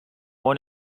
one